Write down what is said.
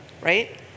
right